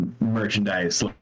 merchandise